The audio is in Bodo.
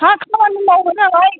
हा खामानि मावबाय नालाय